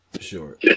sure